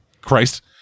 Christ